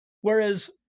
Whereas